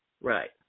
right